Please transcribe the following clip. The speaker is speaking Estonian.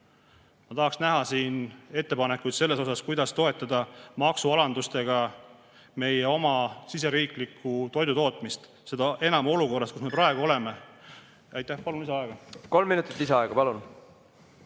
Ma tahaksin näha siin ettepanekuid selle kohta, kuidas toetada maksualandustega meie oma riigisisest toidutootmist. Seda enam olukorras, kus me praegu oleme. Palun lisaaega. Kolm minutit lisaaega, palun!